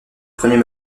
premier